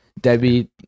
debbie